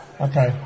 Okay